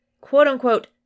quote-unquote